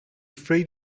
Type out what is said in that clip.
afraid